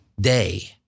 day